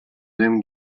then